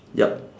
yup